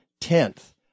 tenth